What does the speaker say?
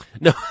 No